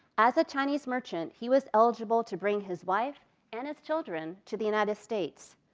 as a chinese merchant, he was eligible to bring his wife and his children to the united states.